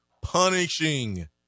punishing